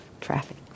traffic